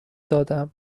دادم